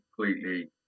completely